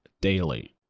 daily